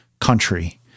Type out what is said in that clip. country